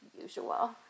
usual